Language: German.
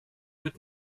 mit